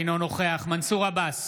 אינו נוכח מנסור עבאס,